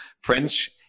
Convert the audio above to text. French